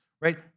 right